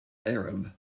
arab